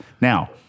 Now